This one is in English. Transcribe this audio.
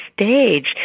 stage